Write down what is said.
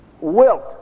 Wilt